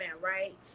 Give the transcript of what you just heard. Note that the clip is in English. right